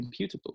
computable